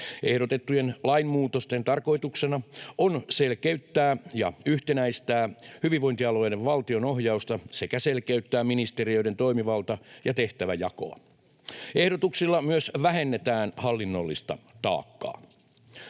Ehdotettujen lainmuutosten tarkoituksena on selkeyttää ja yhtenäistää hyvinvointialueiden valtionohjausta sekä selkeyttää ministeriöiden toimivalta‑ ja tehtäväjakoa. Ehdotuksilla myös vähennetään hallinnollista taakkaa.